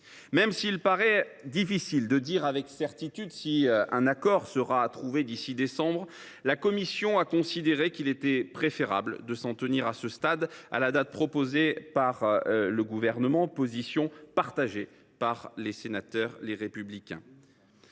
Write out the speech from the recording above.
Quoiqu’il paraisse difficile de dire avec certitude si un accord sera trouvé d’ici décembre, la commission a estimé préférable de s’en tenir, à ce stade, à la date proposée par le Gouvernement, position partagée par les sénateurs du groupe Les Républicains.